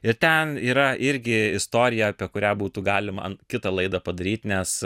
ir ten yra irgi istorija apie kurią būtų galima kitą laidą padaryt nes